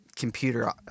Computer